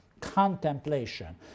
contemplation